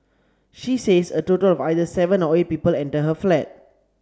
she says a total of either seven or eight people entered her flat